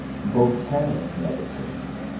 botanic medicines,